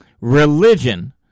religion